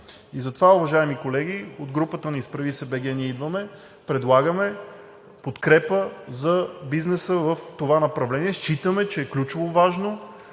Затова, уважаеми колеги, от групата на „Изправи се БГ! Ние идваме!“ предлагаме подкрепа за бизнеса в това направление. Считаме, че е ключово важно,